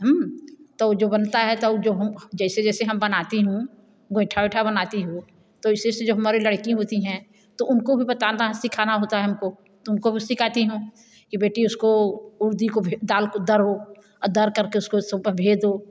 त उ जो बनता है त उ जो हम जैसे जैसे हम बनाती हूँ गोइठा उइठा बनाती हूँ तो इसी से जो हमारी लड़की होती है उसको बताना सीखाना होता है हमको उनको भी सिखाती हूँ कि बेटी उसको उड़दी को दाल को दरो और दर कर के उसको सूप में भेदो